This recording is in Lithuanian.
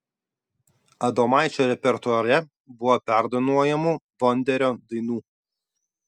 adomaičio repertuare buvo perdainuojamų vonderio dainų